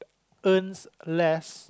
earns less